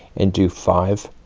and do five,